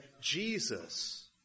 Jesus